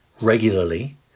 regularly